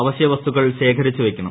അവശ്യ വസ്തുക്കൾ ശേഖരിച്ച് വയ്ക്കണം